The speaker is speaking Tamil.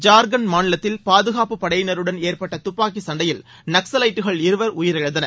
ஜார்க்கண்ட் மாநிலத்தில் பாதுகாப்பு படையினருடன் ஏற்பட்ட துப்பாக்கிச் சண்டையில் நக்சலைட்டுகள் இருவர் உயிரிழந்தனர்